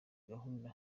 gahunda